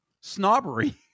snobbery